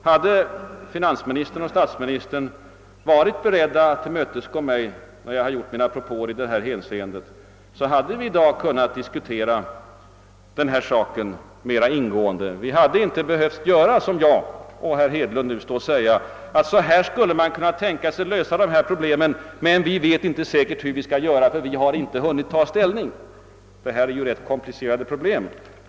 Hade finansministern och statsministern varit beredda att tillmötesgå mig i mina propåer i det hänseendet, hade vi i dag kunnat diskutera mera ingående. Vi hade inte, som herr Hedlund och jag nu fått göra, behövt stå här och säga att »så här skulle man kunna tänka sig att lösa dessa problem, men vi vet inte säkert hur vi skall göra, eftersom vi inte har hunnit ta ställning till dem». Det är ju komplicerade frågor det gäller.